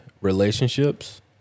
relationships